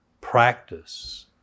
practice